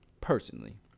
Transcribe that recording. Personally